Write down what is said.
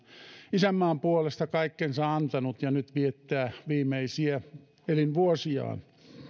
isänmaan puolesta kaikkensa antanut ja nyt viettää viimeisiä elinvuosiaan